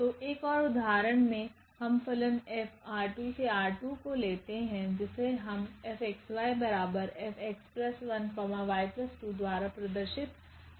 तो एक और उदाहरण में हम फलन 𝐹ℝ2→ℝ2 को लेते है जिसे हमF𝑥𝑦𝑥1𝑦2 द्वारापरिभाषित करते है